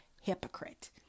hypocrite